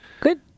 Good